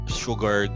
sugar